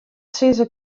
sizze